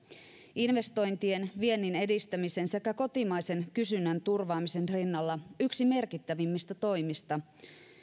investointien viennin edistämisen sekä kotimaisen kysynnän turvaamisen rinnalla yksi merkittävimmistä toimista